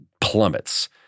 plummets